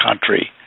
country